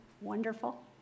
wonderful